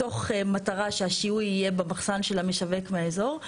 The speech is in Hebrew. מתוך מטרה שהשיהוי יהיה במחסן של המשווק מהאזור.